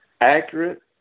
accurate